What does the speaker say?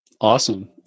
Awesome